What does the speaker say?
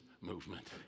Movement